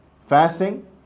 fasting